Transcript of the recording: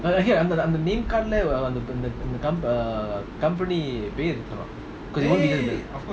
அந்த:andha name cardlah company வெளியஎடுத்துடலாம்:veliya eduthudalam